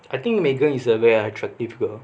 I think megan is a very attractive girl